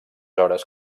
hores